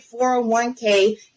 401k